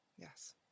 Yes